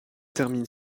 termine